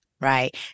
Right